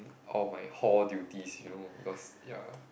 all my hall duties you know because ya